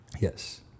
Yes